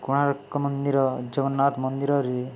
କୋଣାର୍କ ମନ୍ଦିର ଜଗନ୍ନାଥ ମନ୍ଦିରରେ